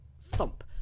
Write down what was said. thump